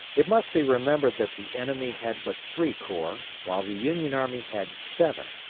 it must be remembered that the enemy had but three corps, while the union army had seven.